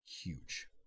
huge